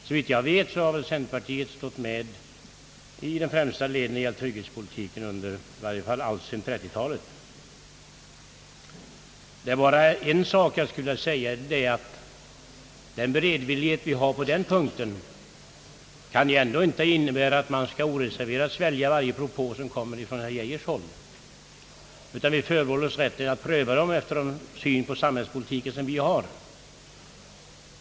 Såvitt jag vet har centerpartiet stått med i de främsta 1eden när det gällt trygghetspolitiken, i varje fail alltsedan 1930-talet. Den beredvillighet som vi har visat på denna punkt kan dock inte innebära, att vi oreserverat skall svälja varje propå som kommer från herr Geijers håll. Vi vill förbehålla oss att pröva frågorna efter den syn på samhällspolitiken, som vi har.